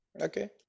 okay